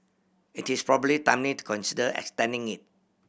it is probably timely to consider extending it